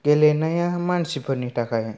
गेलेनाया मानसिफोरनि थाखाय